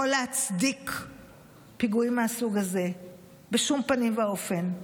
להצדיק פיגועים מהסוג הזה בשום פנים ואופן.